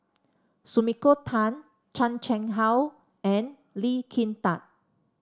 Sumiko Tan Chan Chang How and Lee Kin Tat